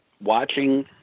watching